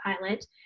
pilot